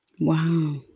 Wow